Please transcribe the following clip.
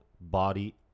body